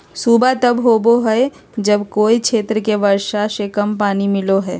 सूखा तब होबो हइ जब कोय क्षेत्र के वर्षा से कम पानी मिलो हइ